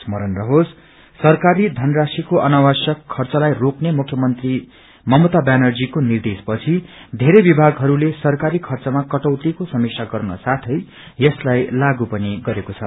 स्मरण रहोस् सरकारी यनराशिको अनावश्यक खर्चलाई रोक्ने मुख्यमन्त्री ममता ब्यानर्जीको निर्देश पछि धेरै विमागहरूले सरकारी खर्चमा कटौतीको समीक्षा गर्न साथै यसलाई लागू गरेको छ